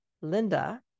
Linda